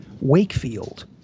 Wakefield